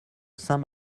saint